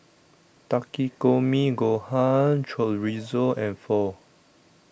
Takikomi Gohan Chorizo and Pho